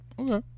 Okay